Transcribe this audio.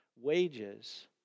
Wages